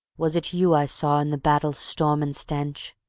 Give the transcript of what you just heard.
was it you i saw in the battle's storm and stench,